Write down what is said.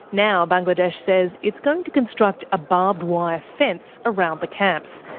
now bangladesh says it's going to construct a barbed wire fence around the camps,